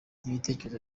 ibitekerezo